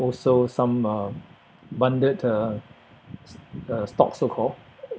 also some uh bundled uh s~ uh stocks so called